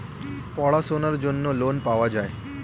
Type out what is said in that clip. পড়াশোনার জন্য লোন পাওয়া যায়